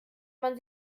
man